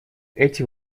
эти